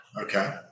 Okay